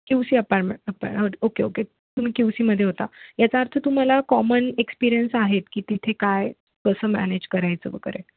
Q C अपारमे okay okay तुम्ही क्यू सीमध्ये होता याचा अर्थ तुम्हाला कॉमन एक्सपीरियन्स आहेत की तिथे काय कसं मॅनेज करायचं वगैरे